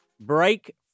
break